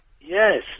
Yes